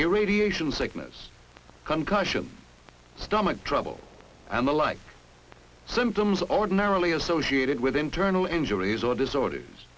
irradiation sickness concussion stomach trouble and the like symptoms ordinarily associated with internal injuries or disorders